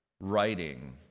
writing